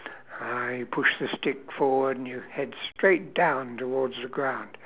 I push the stick forward and you head straight down towards the ground